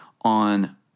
on